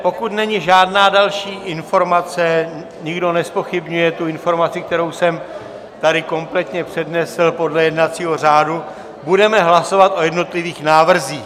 Pokud není žádná další informace, nikdo nezpochybňuje tu informaci, kterou jsem tady kompletně přednesl podle jednacího řádu, budeme hlasovat o jednotlivých návrzích.